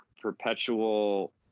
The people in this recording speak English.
perpetual